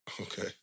Okay